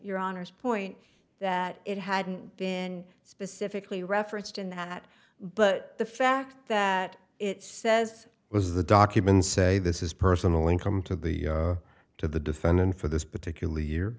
your honour's point that it hadn't been specifically referenced in that but the fact that it says was the documents say this is personal income to the to the defendant for this particular year